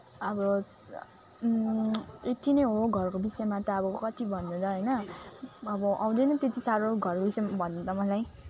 अब सा यति नै हो घरको विषयमा त अब कति भन्नु र होइन अब आउँदैन त्यति साह्रो घरको विषयमा भन्नु त मलाई